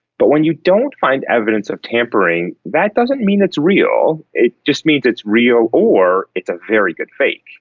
but when you don't find evidence of tampering, that doesn't mean it's real, it just means it's real or it's a very good fake.